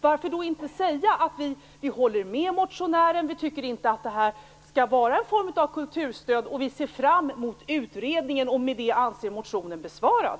Varför inte säga: Vi håller med motionären, vi tycker inte att det här skall vara en form av kulturstöd, vi ser fram emot utredningen, och med det anser vi motionen besvarad?